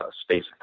space